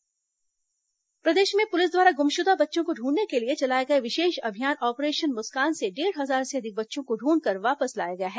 operation Muskan प्रदेश में police द्वारा गुमशुदा बच्चों को ढूंढने के लिए चलाए गए विशेष अभियान ऑपरेशन मुस्कान से डेढ़ हजार से अधिक बच्चों को ढूंढ़ कर वापस लाया गया है